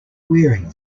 wearing